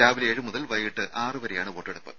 രാവിലെ ഏഴ് മുതൽ വൈകിട്ട് ആറ് വരെയാണ് വോട്ടെടുപ്പ്